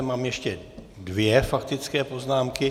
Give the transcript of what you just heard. Mám ještě dvě faktické poznámky.